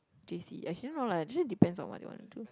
J_C actually no lah actually depends on what they wanna do